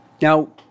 Now